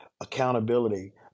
Accountability